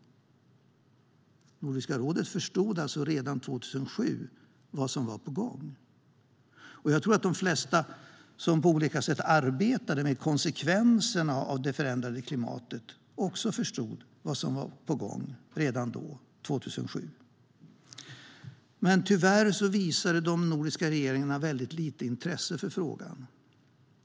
Nordiska rådet förstod alltså redan 2007 vad som var på gång. Jag tror att de flesta som på olika sätt arbetar med konsekvenserna av det förändrade klimatet också förstod vad som var på gång redan då, 2007. Tyvärr visade dock våra nordiska regeringar väldigt lite intresse för frågan.